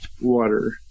water